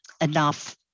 enough